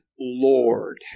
Lord